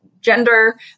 gender